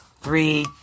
three